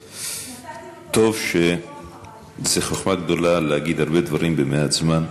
זו חוכמה גדולה להגיד הרבה דברים במעט זמן.